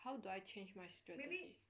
how do I change my strategy